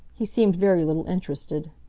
he seemed very little interested.